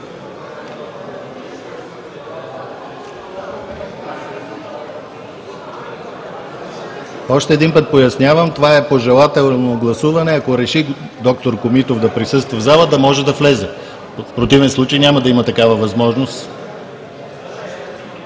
Още веднъж пояснявам – това е пожелателно гласуване, ако реши д-р Комитов да присъства в залата, да може да влезе, в противен случай няма да има такава възможност.